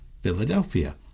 Philadelphia